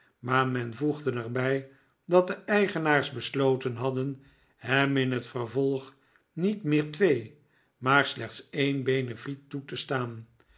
maar men voegde er bij dat de eigenaars besloten hadden hem in het vervolg niet meer twee maar slechts een beneflet toe te staan